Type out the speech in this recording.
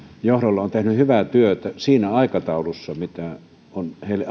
johdolla on tehnyt hyvää työtä siinä aikataulussa mitä on heille